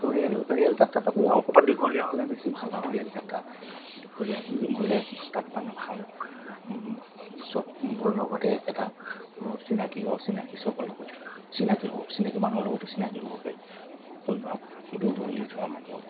তো ৰেল ৰেলযাত্ৰাটো আমি আৰু ক'ৰবাত দীঘলীয়া হ'লে বেছি ভাল আৰু ৰেলযাত্ৰা দীঘলীয়া গ'লে তাত মানে ভাল চব লগতে একেটা চিনাকি অচিনাকি চবৰ লগত চিনাকি হওঁ অচিনাকি মানুহৰ লগতো চিনাকি হ'ব পাৰি কোনোবা দূৰ দূৰণি যোৱা মানুহৰ লগত